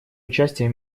участие